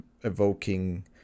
evoking